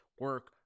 Work